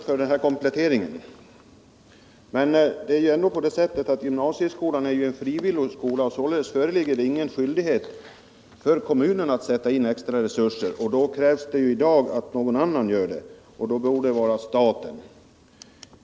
Herr talman! Jag vill tacka statsrådet för denna komplettering. Men det är ändå så att gymnasieskolan är frivillig, och således föreligger ingen skyldighet för kommunen att sätta in extra resurser. Då krävs det i dag att någon annan gör detta, och det borde vara staten.